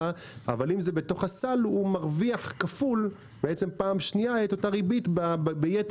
אבל אם זה בסל הוא מרוויח פעם שנייה אותה ריבית ביתר